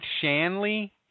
Shanley